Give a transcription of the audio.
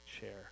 chair